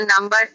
number